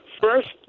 First